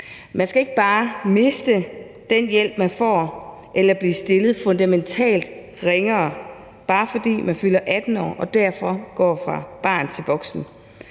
Man skal ikke bare miste den hjælp, man får, eller blive stillet fundamentalt ringere, bare fordi man fylder 18 år og derfor går fra barn til voksen.